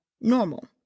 normal